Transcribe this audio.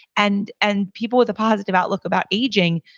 and and people with a positive outlook about aging,